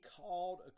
called